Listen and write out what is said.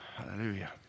Hallelujah